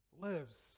lives